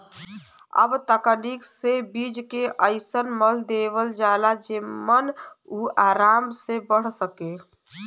अब तकनीक से बीज के अइसन मल देवल जाला जेमन उ आराम से बढ़ सके